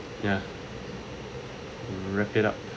yeah wrap it up